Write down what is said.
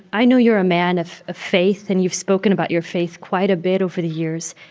i know you're a man of faith, and you've spoken about your faith quite a bit over the years.